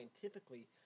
scientifically